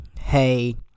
Hey